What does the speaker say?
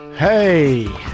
Hey